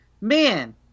man